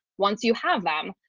once you have them?